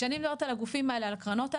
כשאני מדברת על הגופים האלה, על הקרנות האלה,